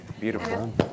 Beautiful